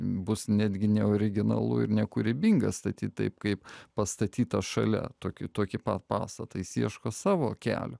bus netgi neoriginalu ir nekūrybinga statyti taip kaip pastatyta šalia tokį tokį pa pastatą jis ieško savo kelio